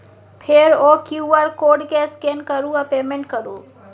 फेर ओ QR code केँ स्कैन करु आ पेमेंट करु